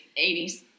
80s